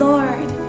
Lord